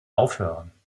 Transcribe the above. aufhören